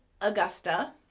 Augusta